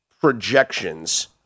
projections